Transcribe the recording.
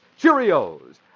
Cheerios